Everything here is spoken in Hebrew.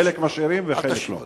חלק משאירים וחלק לא.